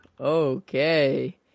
Okay